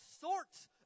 sorts